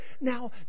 now